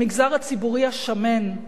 המגזר הציבורי "השמן",